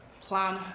plan